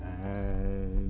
and